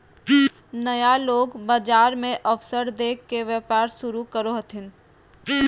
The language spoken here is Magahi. नया लोग बाजार मे अवसर देख के व्यापार शुरू करो हथिन